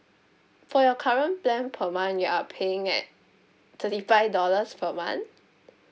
for your current plan per month you're paying at thirty five dollars for month